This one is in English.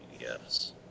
yes